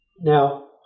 Now